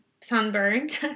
sunburned